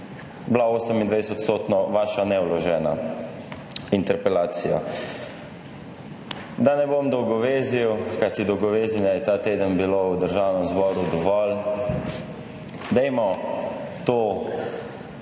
bila 28-odstotno vaša nevložena interpelacija. Da ne bom dolgovezil, kajti dolgovezenja je ta teden bilo v Državnem zboru dovolj. Dajmo to ne